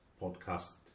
podcast